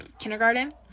kindergarten